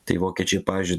tai vokiečiai pavyzdžiui